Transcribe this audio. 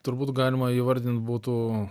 turbūt galima įvardint būtų